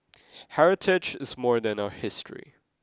heritage is more than our history